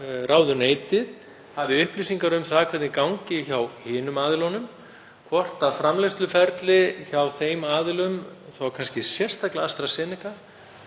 ráðuneytið hafi upplýsingar um hvernig gangi hjá hinum aðilunum, hvort framleiðsluferli hjá þeim, þá kannski sérstaklega AstraZeneca,